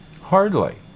Hardly